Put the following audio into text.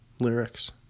Lyrics